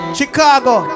Chicago